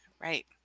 Right